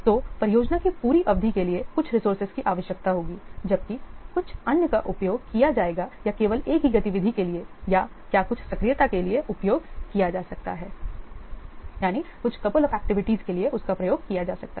तो परियोजना की पूरी अवधि के लिए कुछ रिसोर्सेज की आवश्यकता होगी जबकि कुछ अन्य का उपयोग किया जाएगा या केवल एक ही गतिविधि के लिए या क्या कुछ सक्रियता के लिए उपयोग किया जाएगा यानी कुछ कपल ऑफ एक्टिविटीज में उसका प्रयोग किया जा सकता है